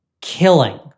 killing